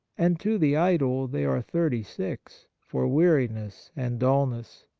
and to the idle they are thirty-six, for weariness and dul ness.